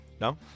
No